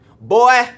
boy